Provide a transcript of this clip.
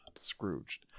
Scrooge